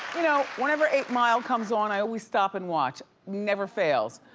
you know whenever eight mile comes on, i always stop and watch. never fails.